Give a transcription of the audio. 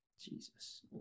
Jesus